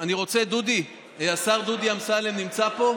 אני רוצה, השר דודי אמסלם נמצא פה?